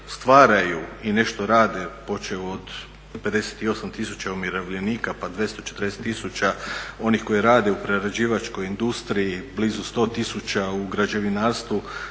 stvaraju i nešto rade, … od 58 tisuća umirovljenika pa 240 tisuća onih koji rade u prerađivačkoj industriji, blizu 100 tisuća u građevinarstvu,